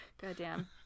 goddamn